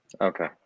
Okay